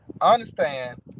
understand